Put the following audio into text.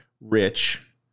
rich